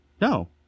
No